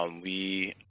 um we,